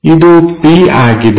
ಇದು P ಆಗಿದೆ